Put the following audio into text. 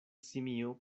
simio